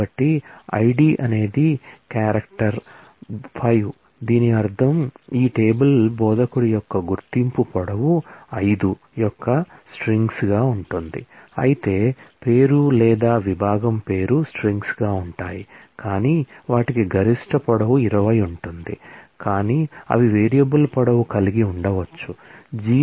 కాబట్టి ID క్యార్